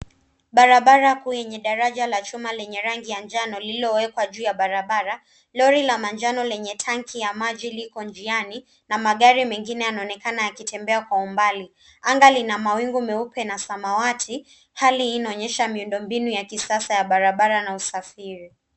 Barabara kuu yenye daraja la chuma lenye rangi ya njano lililo ekwa juu barabara. Lori ya njano lenye tanki ya maji liko njiani na magari mengine yanaonekana yakitembea kwa umbali. Anga lina mawingu meupe na samawati, hali hii inaonyesha miundombinu ya kisasa ya barabara na usafiri.